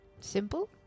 Simple